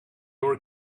were